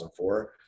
2004